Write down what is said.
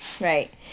Right